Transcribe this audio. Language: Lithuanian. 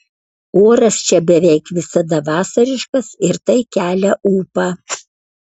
oras čia beveik visada vasariškas ir tai kelia ūpą